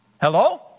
Hello